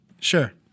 Sure